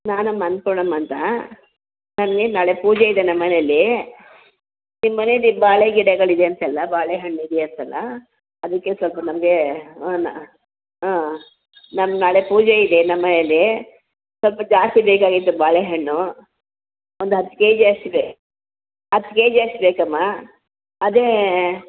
ನಾನಮ್ಮ ಅನ್ನಪೂರ್ಣಮ್ಮ ಅಂತ ನಮಗೆ ನಾಳೆ ಪೂಜೆಯಿದೆ ನಮ್ಮ ಮನೇಲ್ಲಿ ನಿಮ್ಮ ಮನೇಲ್ಲಿ ಬಾಳೆ ಗಿಡಗಳಿವೆಯಂತಲ್ಲ ಬಾಳೆಹಣ್ಣು ಇದೆಯಂತಲ್ಲ ಅದಕ್ಕೆ ಸ್ವಲ್ಪ ನಮಗೆ ನ ನಮ್ಗೆ ನಾಳೆ ಪೂಜೆ ಇದೆ ನಮ್ಮ ಮನೇಲ್ಲಿ ಸ್ವಲ್ಪ ಜಾಸ್ತಿ ಬೇಕಾಗಿತ್ತು ಬಾಳೆಹಣ್ಣು ಒಂದು ಹತ್ತು ಕೆ ಜಿ ಅಷ್ಟಿದೆ ಹತ್ತು ಕೆ ಜಿ ಅಷ್ಟು ಬೇಕಮ್ಮ ಅದೇ